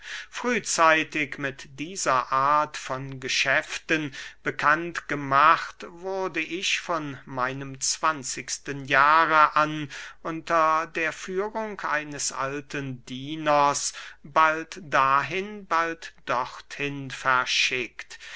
frühzeitig mit dieser art von geschäften bekannt gemacht wurde ich von meinem zwanzigsten jahre an unter der führung eines alten dieners bald dahin bald dorthin verschickt